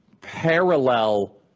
parallel